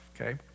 okay